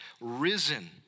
risen